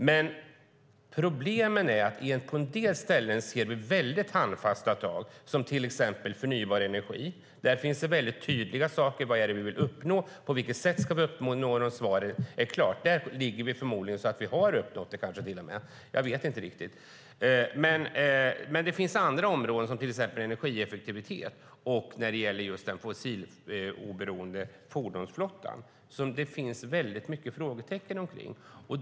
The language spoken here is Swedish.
Men problemet är att på en del ställen ser vi mycket handfasta tag, till exempel när det gäller förnybar energi där det finns väldigt tydliga saker som vi vill uppnå och på vilket sätt vi ska uppnå dem. Svaret är klart. Vi har kanske till och med uppnått dem. Jag vet inte riktigt. Men det finns andra områden som det finns väldigt mycket frågetecken kring, till exempel energieffektivitet och den fossiloberoende fordonsflottan.